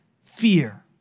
fear